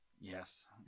Yes